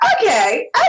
Okay